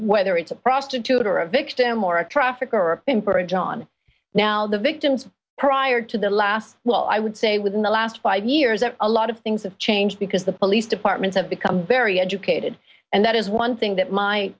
whether it's a prostitute or a victim or a trafficker a pimp or a john now the victims prior to the last well i would say within the last five years and a lot of things have changed because the police departments have become very educated and that is one thing that my